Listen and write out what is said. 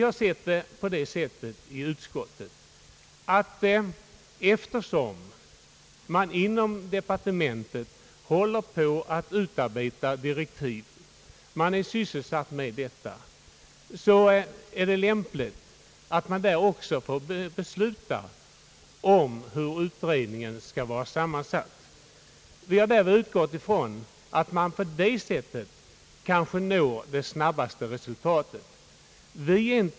Utskottet har ansett att eftersom departementet håller på att utarbeta direktiv för en utredning så är det också lämpligt att departementet får besluta om hur utredningen skall vara sammansatt. Vi har utgått från att man på det sättet kanske når det snabbaste resultatet.